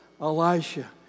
Elisha